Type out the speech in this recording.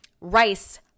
rice